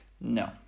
No